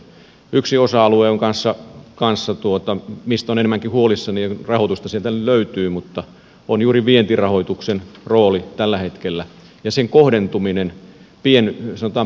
yksi osa alue kanssa mistä olen enemmänkin huolissani vaikka rahoitusta sieltä löytyy on juuri vientirahoituksen rooli tällä hetkellä ja sen kohdentuminen sanotaan pk sektorin yrityksiin